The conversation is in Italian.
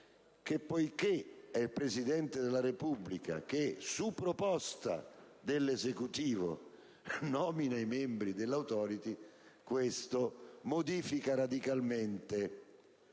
poiché è il Presidente della Repubblica che, su proposta dell'Esecutivo, nomina i membri dell'*Authority*, allora si modifica radicalmente